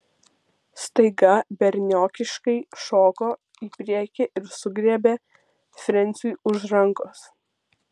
staiga berniokiškai šoko į priekį ir sugriebė frensiui už rankos